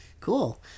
Cool